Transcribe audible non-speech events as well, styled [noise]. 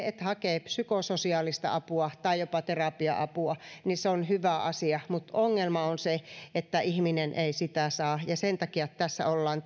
[unintelligible] että hakee psykososiaalista apua tai jopa terapia apua on hyvä asia mutta ongelma on se että ihminen ei sitä saa ja sen takia nimenomaan ollaan [unintelligible]